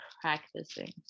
practicing